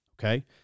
Okay